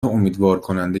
امیدوارکننده